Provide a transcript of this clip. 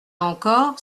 encore